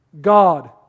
God